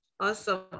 Awesome